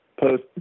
post